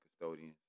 custodians